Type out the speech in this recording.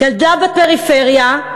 גדלה בפריפריה,